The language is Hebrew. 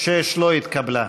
6 לא התקבלה.